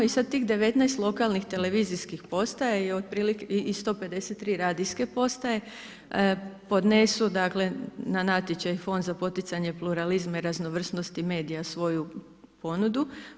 I sad tih 19 lokalnih televizijskih postaja i 153 radijske postaje podnesu, dakle na natječaj Fond za poticanje pluralizma i raznovrsnosti medija svoju ponudu.